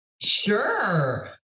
Sure